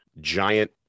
giant